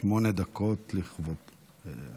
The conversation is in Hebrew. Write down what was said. שמונה דקות לכבודך.